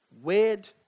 weird